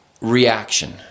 reaction